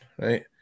right